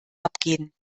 abgehen